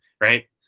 right